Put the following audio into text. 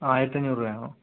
ആയിരത്തഞ്ഞൂറ് രൂപയാണോ